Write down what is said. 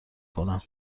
کنم